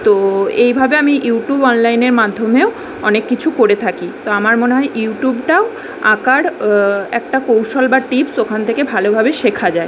তো এইভাবে আমি ইউটিউব অনলাইনের মাধ্যমেও অনেক কিছু করে থাকি তো আমার মনে হয় ইউটিউবটাও আঁকার একটা কৌশল বা টিপস ওখান থেকে ভালোভাবে শেখা যায়